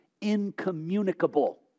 Incommunicable